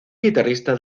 guitarrista